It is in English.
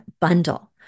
bundle